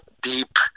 Deep